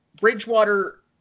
Bridgewater